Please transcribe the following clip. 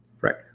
Right